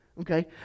okay